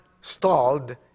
stalled